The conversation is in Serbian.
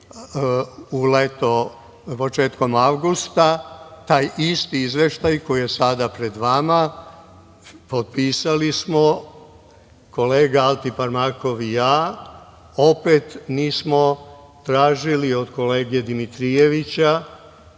u leto, početkom avgusta, taj isti izveštaj koji je sada pred vama potpisali smo kolega Altiparmakov i ja, opet nismo tražili od kolege Dimitrijevića,